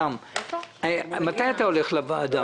מתי אתה הולך לוועדה?